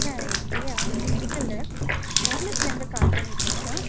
sir I'm Priya medical rep ஃபார்மஸிலேருந்து call பண்ணியிருக்கோம் sir